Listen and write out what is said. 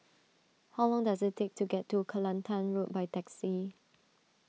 how long does it take to get to Kelantan Road by taxi